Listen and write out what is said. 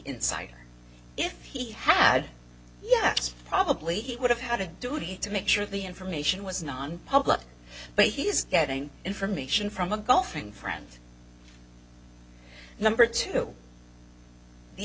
inside if he had yes probably would have had a duty to make sure the information was non public but he's getting information from a golfing friend number two the